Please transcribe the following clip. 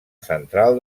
central